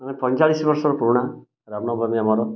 ପଇଁଚାଳିଶ ବର୍ଷର ପୁରୁଣା ରାମନବମୀ ଆମର